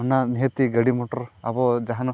ᱚᱱᱟ ᱱᱤᱦᱟᱹᱛᱤ ᱜᱟᱹᱰᱤ ᱢᱚᱴᱚᱨ ᱟᱵᱚ ᱡᱟᱦᱟᱱ